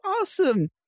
awesome